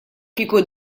kieku